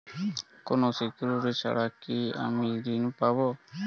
কোনো সিকুরিটি ছাড়া কি আমি ঋণ পাবো?